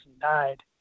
died